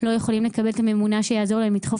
לא יכולים לקבל את הממונע שיעזור להם לדחוף